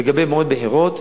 לגבי מועד בחירות,